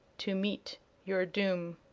to meet your doom.